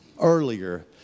earlier